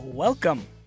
Welcome